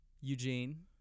Eugene